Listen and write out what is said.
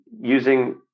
using